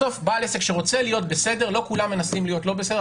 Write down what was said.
בסוף בעל עסק שרוצה להיות בסדר לא כולם מנסים להיות לא בסדר,